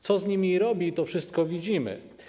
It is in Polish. Co z nimi robi, to wszystko widzimy.